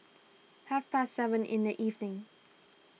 half past seven in the evening